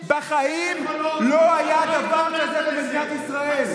בחיים לא היה דבר כזה במדינת ישראל,